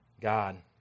God